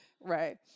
Right